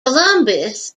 columbus